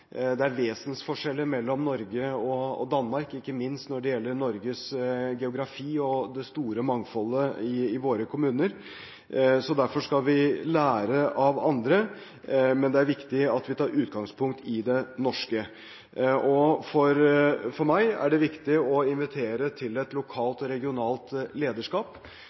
Det er vesensforskjeller mellom Norge og Danmark, ikke minst når det gjelder Norges geografi og det store mangfoldet i våre kommuner. Derfor skal vi lære av andre, men det er viktig at vi tar utgangspunkt i det norske. For meg er det viktig å invitere til et lokalt og regionalt lederskap.